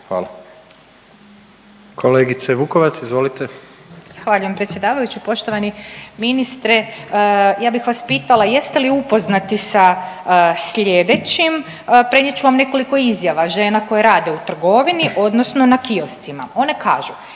**Vukovac, Ružica (Nezavisni)** Zahvaljujem predsjedavajući. Poštovani ministre, ja bih vas pitala jeste li upoznati sa slijedećim, prenijet ću vam nekoliko izjava žena koje rade u trgovini odnosno na kioscima. One kažu,